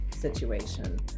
situation